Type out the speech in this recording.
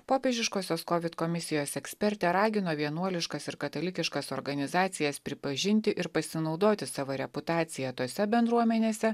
popiežiškosios kovid komisijos ekspertė ragino vienuoliškas ir katalikiškas organizacijas pripažinti ir pasinaudoti savo reputacija tose bendruomenėse